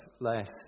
less